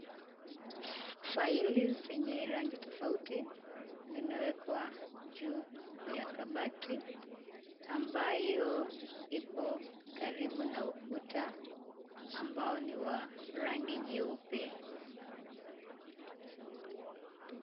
Faili zenye rangi tofauti zimewekwa juu ya kabati, ambayo ipo karibu na ukuta ambao ni wa rangi nyeupe.